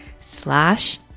slash